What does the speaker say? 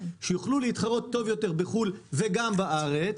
כדי שיוכלו להתחרות טוב יותר בחו"ל וגם בארץ,